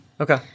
okay